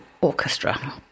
Orchestra